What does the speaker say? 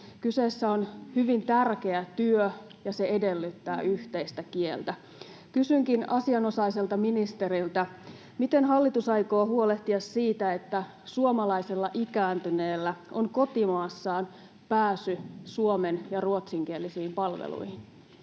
Kyseessä on hyvin tärkeä työ, ja se edellyttää yhteistä kieltä. Kysynkin asianosaiselta ministeriltä: miten hallitus aikoo huolehtia siitä, että suomalaisella ikääntyneellä on kotimaassaan pääsy suomen- ja ruotsinkielisiin palveluihin?